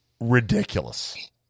Ridiculous